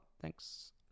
Thanks